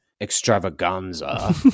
extravaganza